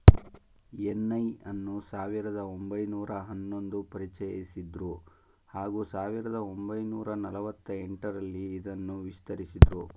NI ಅನ್ನು ಸಾವಿರದ ಒಂಬೈನೂರ ಹನ್ನೊಂದು ಪರಿಚಯಿಸಿದ್ರು ಹಾಗೂ ಸಾವಿರದ ಒಂಬೈನೂರ ನಲವತ್ತ ಎಂಟರಲ್ಲಿ ಇದನ್ನು ವಿಸ್ತರಿಸಿದ್ರು